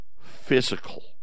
physical